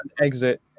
exit